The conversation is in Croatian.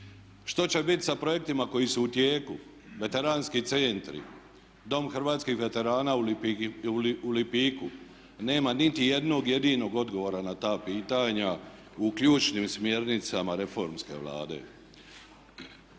Što će biti sa projektima koji su u tijeku Veteranski centri, Dom hrvatskih veterana u Lipiku? Nema niti jednog jedinog odgovora na ta pitanja u ključnim smjernicama reformske Vlade.